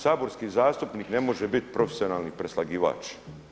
Saborski zastupnik ne može biti profesionalni preslagivač.